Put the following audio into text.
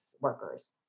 workers